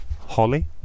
Holly